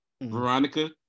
Veronica